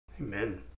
Amen